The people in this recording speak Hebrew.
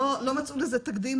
לא מצאו לזה תקדים